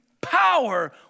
power